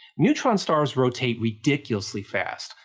neutron stars rotate ridiculously fast,